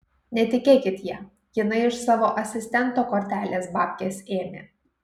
netikėkit ja jinai ir iš savo asistento kortelės babkes ėmė